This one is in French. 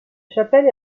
chapelle